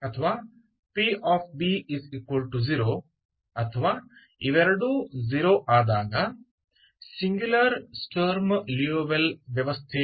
हमने यह भी देखा है कि सिंगुलर स्टर्म लिउविल सिस्टम क्या है